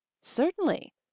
Certainly